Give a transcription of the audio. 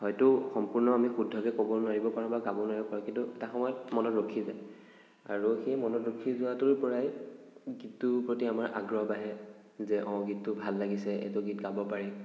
হয়তো সম্পূৰ্ণ আমি শুদ্ধকৈ ক'ব নোৱাৰিব পাৰোঁ বা গাব নোৱাৰিব পাৰোঁ কিন্তু এটা সময়ত মনত ৰখি যায় আৰু সেই মনত ৰখি যোৱাটোৰ পৰাই গীতটোৰ প্ৰতি আমাৰ আগ্ৰহ বাঢ়ে যে অ গীতটো ভাল লাগিছে এইটো গীত গাব পাৰিম